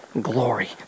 glory